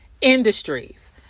Industries